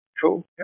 Cool